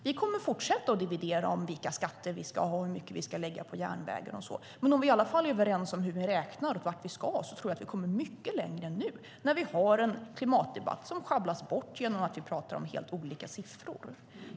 Vi kommer att fortsätta att dividera om vilka skatter vi ska ha, hur mycket vi ska lägga på järnvägen och så, men om vi i alla fall är överens om hur vi räknar och vart vi ska tror jag att vi kommer mycket längre än nu, när vi har en klimatdebatt som sjabblas bort genom att vi pratar om helt olika siffror.